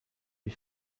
die